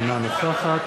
אינה נוכחת